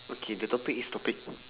okay the topic is topic